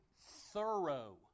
thorough